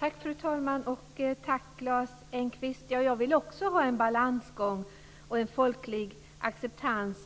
Tack, fru talman, och tack, Lars Engqvist! Jag vill också ha en balansgång och en folklig acceptans.